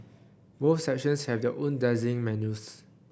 both sections have their own dazzling menus